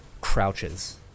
crouches